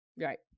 Right